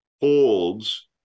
holds